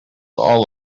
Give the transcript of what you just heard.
all